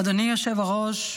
אדוני היושב-ראש,